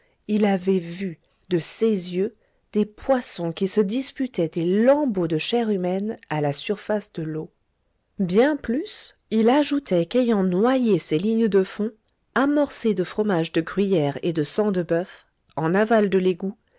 il avait vu de ses yeux des poissons qui se disputaient des lambeaux de chair humaine à la surface de l'eau bien plus il ajoutait qu'ayant noyé ses lignes de fond amorcées de fromage de gruyère et de sang de boeuf en aval de l'égout